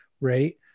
right